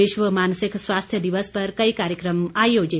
विश्व मानसिक स्वास्थ्य दिवस पर कई कार्यक्रम आयोजित